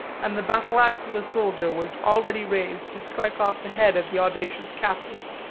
and the battle-axe of a soldier was already raised to strike off the head of the audacious captive.